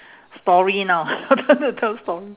story now tell story